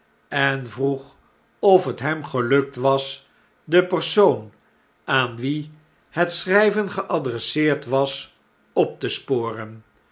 en vroeg of het hem gelukt was den persoon aan wien het schrijven geadresseerd was op te sporen